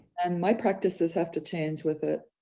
and my practices have to change with it.